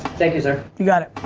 thank you sir. you got it.